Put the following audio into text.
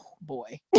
Boy